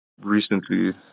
recently